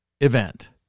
event